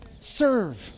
Serve